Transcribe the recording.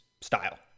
style